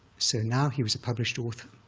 so now he was a published author.